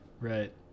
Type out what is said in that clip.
Right